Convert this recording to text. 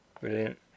brilliant